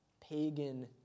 pagan